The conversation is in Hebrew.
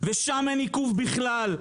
ושם אין עיכוב בכלל.